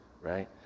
right